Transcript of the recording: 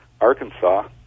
Arkansas